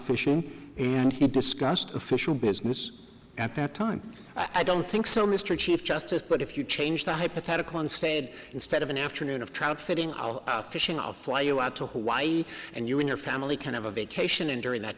fishing and he discussed official business at that time i don't think so mr chief justice but if you change the hypothetical instead instead of an afternoon of trout fishing fishing i'll fly you out to hawaii and you and your family can have a vacation and during that